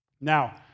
Now